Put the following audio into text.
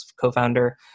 co-founder